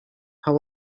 how